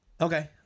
Okay